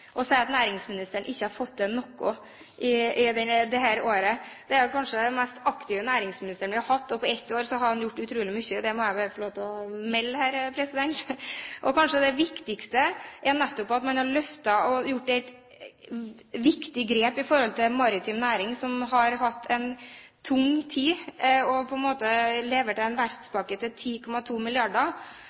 å si at næringsministeren ikke har fått til noe dette året. Det er kanskje den mest aktive næringsministeren vi har hatt. På ett år har han gjort utrolig mye, det må jeg bare få lov til å melde. Kanskje det viktigste nettopp er at man har løftet og tatt et viktig grep i de maritime næringene, som har hatt en tung tid, og han har levert en verftspakke til 10,2